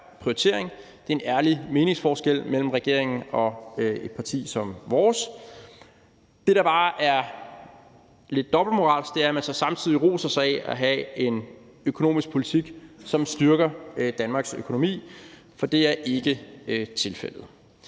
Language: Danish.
Det er en ærlig meningsforskel mellem regeringen og et parti som vores. Det, der bare er lidt dobbeltmoralsk, er, at man så samtidig roser sig af at have en økonomisk politik, som styrker Danmarks økonomi, for det er ikke tilfældet.